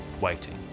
waiting